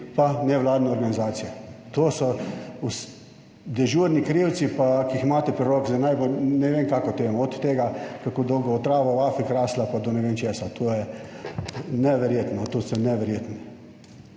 pa nevladne organizacije, to so dežurni krivci pa ki jih imate pri roki za najbolj ne vem kako temo, od tega, kako dolgo bo trava v Afriki rasla, pa do ne vem česa. To je neverjetno, to sem neverjetno.